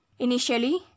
Initially